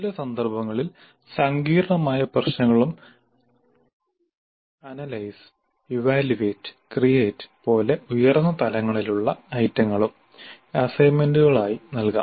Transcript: ചില സന്ദർഭങ്ങളിൽ സങ്കീർണമായ പ്രശ്നങ്ങളും അനലൈസ്ഇവാല്യുവേറ്റ് ക്രിയേറ്റ് പോലെ ഉയർന്ന തലങ്ങളിലുള്ള ഐറ്റങ്ങളും അസൈൻമെന്റുകളായി നൽകാം